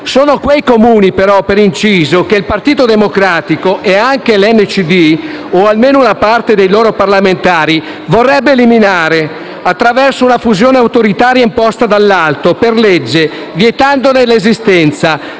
però quei Comuni - per inciso - che il Partito Democratico e anche l'NCD, o almeno una parte dei loro parlamentari, vorrebbero eliminare, attraverso una fusione autoritaria imposta dall'alto, per legge, vietandone l'esistenza.